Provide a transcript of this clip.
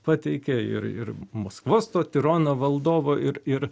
pateikė ir ir maskvos to tirono valdovo ir ir